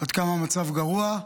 עד כמה המצב גרוע.